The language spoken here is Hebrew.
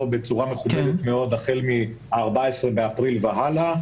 בצורה מכובדת מאוד החל מה-14 באפריל והלאה.